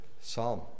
Psalm